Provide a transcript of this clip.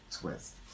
Twist